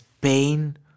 pain